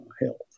health